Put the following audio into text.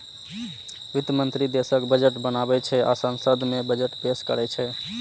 वित्त मंत्री देशक बजट बनाबै छै आ संसद मे बजट पेश करै छै